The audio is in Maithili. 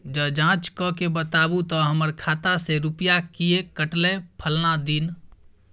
ज जॉंच कअ के बताबू त हमर खाता से रुपिया किये कटले फलना दिन?